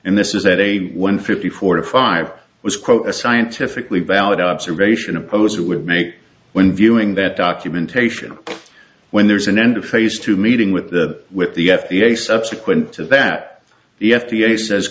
and this is at a one fifty four to five was quote a scientifically valid observation oppose it would make when viewing that documentation when there's an end of phase two meeting with the with the f d a subsequent to that the f d a says